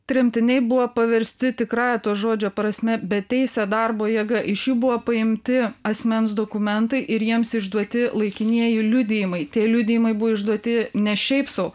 tremtiniai buvo paversti tikrąja to žodžio prasme beteise darbo jėga iš jų buvo paimti asmens dokumentai ir jiems išduoti laikinieji liudijimai tie liudijimai buvo išduoti ne šiaip sau